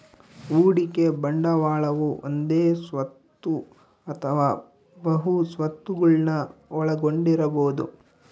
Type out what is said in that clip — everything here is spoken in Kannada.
ಹೂಡಿಕೆ ಬಂಡವಾಳವು ಒಂದೇ ಸ್ವತ್ತು ಅಥವಾ ಬಹು ಸ್ವತ್ತುಗುಳ್ನ ಒಳಗೊಂಡಿರಬೊದು